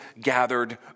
gathered